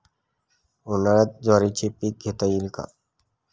उन्हाळ्यात ज्वारीचे पीक घेता येईल का?